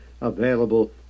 available